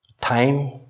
Time